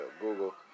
Google